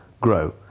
grow